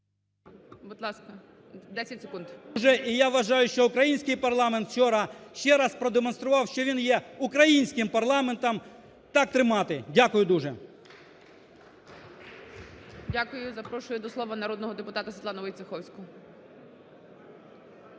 Будь ласка, 10 секунд. ШВЕРК Г.А. І я вважаю, що український парламент вчора ще раз продемонстрував, що він є українським парламентом. Так тримати! Дякую дуже. ГОЛОВУЮЧИЙ. Дякую. Запрошую до слова народного депутата Світлану Войцеховську.